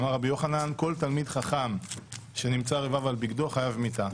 אמר ר' יוחנן: כל תלמיד חכם שנמצא רבב על בגדו חייב מיתה.